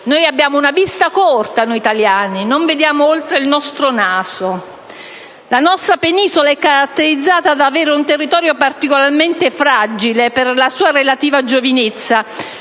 Abbiamo la vista corta, noi italiani, e non vediamo oltre il nostro naso. La nostra penisola è caratterizzata dall'avere un territorio particolarmente fragile, per la sua relativa giovinezza,